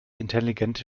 intelligente